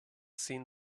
seen